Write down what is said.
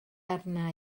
arna